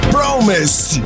Promise